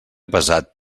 pesat